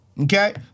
okay